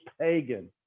pagan